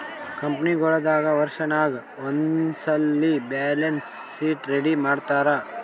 ಕಂಪನಿಗೊಳ್ ದಾಗ್ ವರ್ಷನಾಗ್ ಒಂದ್ಸಲ್ಲಿ ಬ್ಯಾಲೆನ್ಸ್ ಶೀಟ್ ರೆಡಿ ಮಾಡ್ತಾರ್